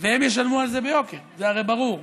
והם ישלמו על זה ביוקר, זה הרי ברור.